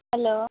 hello